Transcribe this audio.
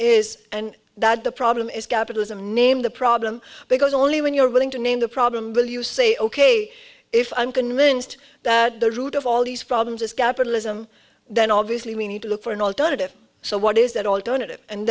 is and that the problem is capitalism name the problem because only when you're willing to name the problem will you say ok if i'm convinced that the root of all these problems is capitalism then obviously we need to look for an alternative so what is that alternative and